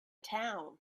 town